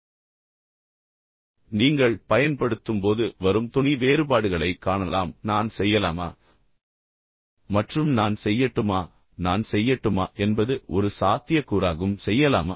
எனவே நீங்கள் இந்த வார்த்தைகளைப் பார்த்தாலும் நீங்கள் பயன்படுத்தும்போது வரும் தொனி வேறுபாடுகளை நீங்கள் காணலாம் நான் செய்யலாமா மற்றும் நான் செய்யட்டுமா நான் செய்யட்டுமா என்பது ஒரு சாத்தியக்கூறாகும் நீங்கள் இதை செய்ய முடியுமா